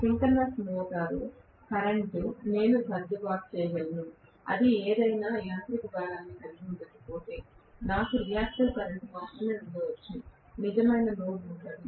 synchronous motor current నేను సర్దుబాటు చేయగలుగుతాను అది ఏదైనా యాంత్రిక భారాన్ని కలిగి ఉండకపోతే నాకు రియాక్టివ్ కరెంట్ మాత్రమే ఉండవచ్చు నిజమైన లోడ్ ఉండదు